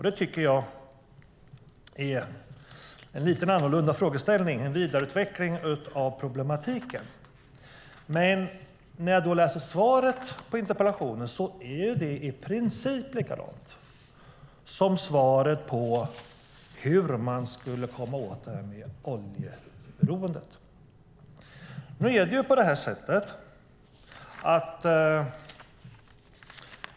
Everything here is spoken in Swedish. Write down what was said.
Det tycker jag är en lite annorlunda frågeställning och en vidareutveckling av problematiken. Svaret på interpellationen är dock i princip likadant som svaret på hur man skulle komma åt detta med oljeberoendet.